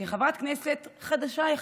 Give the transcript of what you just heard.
כחברת כנסת חדשה יחסית,